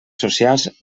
socials